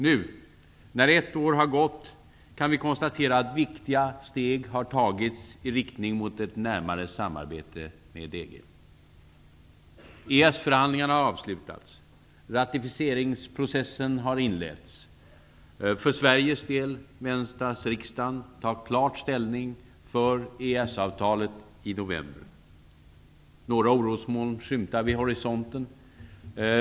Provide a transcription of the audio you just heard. Nu när ett år har gått kan vi konstatera att viktiga steg har tagits i riktning mot ett närmare samarbete med EG. EES-förhandlingarna har avslutats. Ratificeringsprocessen har inletts. För Sveriges del väntas riksdagen ta klart ställning för EES-avtalet i november. Några orosmoln skymtar vid horisonten.